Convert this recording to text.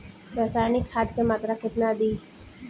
रसायनिक खाद के मात्रा केतना दी?